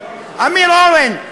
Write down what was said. אורן,